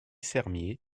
sermier